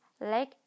leg